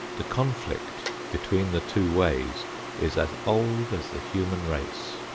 the conflict between the two ways is as old as the human race.